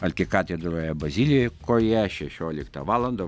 arkikatedroje bazilikoje šešioliktą valandą